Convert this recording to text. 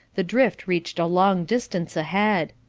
the drift reached a long distance ahead.